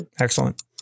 Excellent